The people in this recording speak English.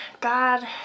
God